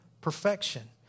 perfection